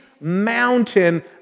mountain